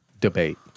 debate